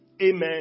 Amen